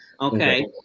Okay